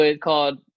called